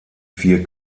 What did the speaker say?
vier